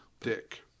Dick